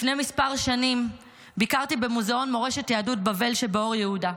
לפני כמה שנים ביקרתי במוזיאון מורשת יהדות בבל שבאור יהודה,